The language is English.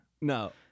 No